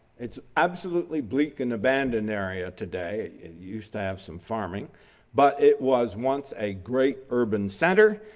it's absolutely bleak and abandoned area today. it used to have some farming but it was once a great urban center.